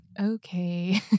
okay